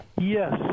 Yes